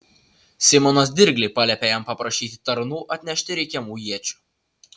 simonas dirgliai paliepė jam paprašyti tarnų atnešti reikiamų iečių